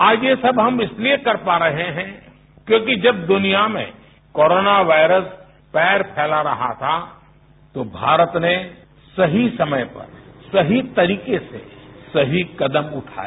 आज ये सब हम इसलिए कर पा रहे हैं क्योंकि जब दुनिया में कोरोना वायरस पैर फैला रहा था तो भारत ने सही समय पर सही तरीके से सही कदम उठाए